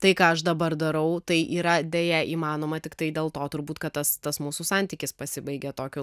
tai ką aš dabar darau tai yra deja įmanoma tiktai dėl to turbūt kad tas tas mūsų santykis pasibaigė tokiu